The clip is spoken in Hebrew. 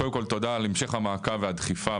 קודם כל תודה על המשך המעקב והדחיפה,